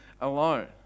alone